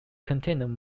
contained